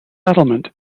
settlement